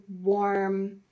warm